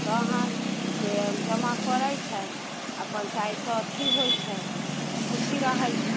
तखनसँ जमा करैत छै अपन ताहिसँ अथी होइत छै खुशी रहैत छै